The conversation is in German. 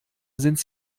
sind